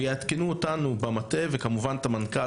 ויעדכנו אותנו במטה וכמובן את המנכ"ל